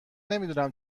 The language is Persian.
نمیدونم